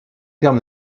terme